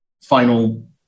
final